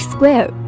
Square